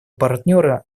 партнеры